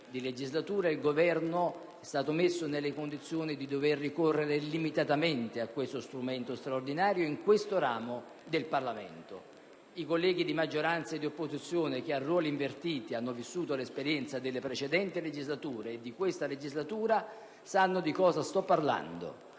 Il Governo è stato messo nelle condizioni di dover ricorrere limitatamente a questo strumento straordinario in questo ramo del Parlamento. I colleghi di maggioranza e di opposizione, che a ruoli invertiti hanno vissuto l'esperienza delle precedenti legislature e di questa legislatura, sanno di cosa sto parlando.